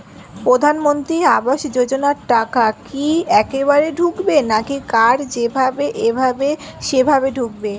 প্রধানমন্ত্রী আবাস যোজনার টাকা কি একবারে ঢুকবে নাকি কার যেভাবে এভাবে সেভাবে ঢুকবে?